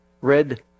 red